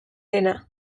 dena